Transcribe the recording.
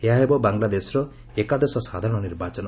ଏହା ହେବ ବାଂଲାଦେଶର ଏକାଦଶ ସାଧାରଣ ନିର୍ବାଚନ